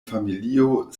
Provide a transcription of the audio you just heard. familio